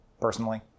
personally